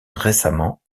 récemment